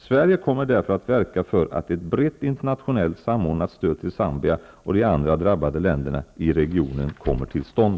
Sverige kommer därför att verka för att ett brett internationellt, samordnat stöd till Zambia och de andra drabbade länderna i regionen kommer till stånd.